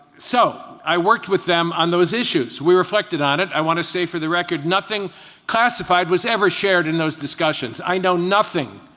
so i worked with them on those issues. we reflected on it. i want to say for the record nothing classified was ever shared in those discussions. i know nothing,